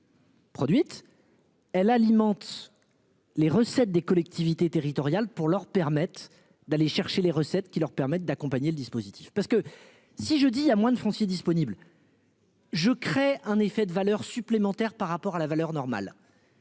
Produite. Elle alimente. Les recettes des collectivités territoriales pour leur permettent d'aller chercher les recettes qui leur permettent d'accompagner le dispositif parce que si je dis à moins de foncier disponible. Je crée un effet de valeur supplémentaire par rapport à la valeur normale.